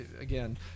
again